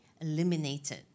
eliminated